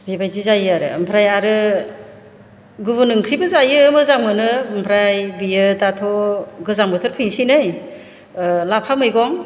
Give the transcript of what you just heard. बेबायदि जायो आरो ओमफ्राय आरो गुबुन ओंख्रिबो जायो मोजां मोनो ओमफ्राय बेयो दाथ' गोजां बोथोर फैनोसै नै लाफा मैगं